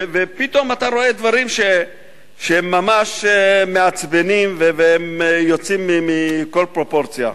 ופתאום אתה רואה דברים שהם ממש מעצבנים והם יוצאים מכל פרופורציה.